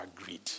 agreed